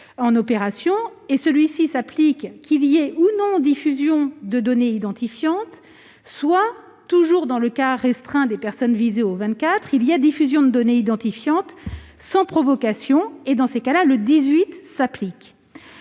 en opération, et celui-ci s'applique, qu'il y ait ou non diffusion de données identifiantes ; soit, toujours dans le cas restreint des personnes visées à l'article 24, il y a diffusion de données identifiantes sans provocation, et l'article 18 s'applique.